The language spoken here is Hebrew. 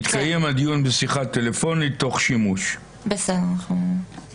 "יתקיים הדיון בשיחה טלפונית, תוך שימוש ---".